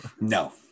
No